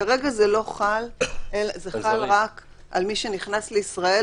כרגע זה חל רק על מי שנכנס לישראל,